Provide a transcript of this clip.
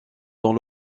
dans